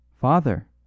Father